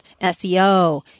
SEO